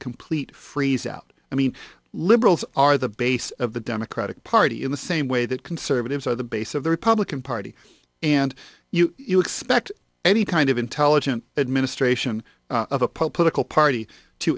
complete freeze out i mean liberals are the base of the democratic party in the same way that conservatives are the base of the republican party and you expect any kind of intelligent administration of a political party to